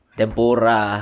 tempura